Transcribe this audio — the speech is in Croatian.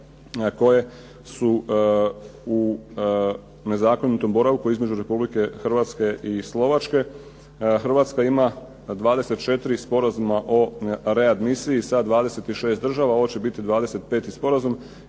koje su u nezakonitom boravku između Republike Hrvatske i Slovačke. Hrvatska ima 24 sporazuma o readmisiji sa 26 država, ovo će biti 25. sporazum